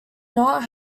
not